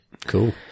cool